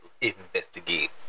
investigate